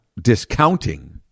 discounting